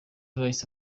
bahise